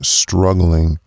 struggling